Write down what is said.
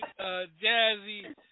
Jazzy